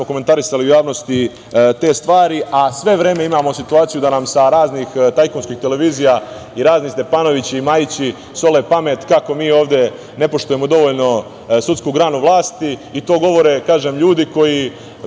komentarisali u javnosti te stvari, a sve vreme imamo situaciju da nam sa raznih tajkunskih televizija, razni Stepanovići i Majići, sole pamet kako mi ovde ne poštujemo dovoljno sudsku granu vlasti. To govore ljudi koji